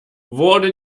wurde